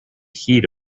heat